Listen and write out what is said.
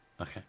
Okay